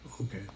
Okay